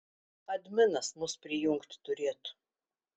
adminas mus prijungt turėtų